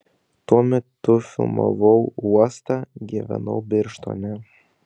tuo metu filmavau uostą gyvenau birštone